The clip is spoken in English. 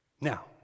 Now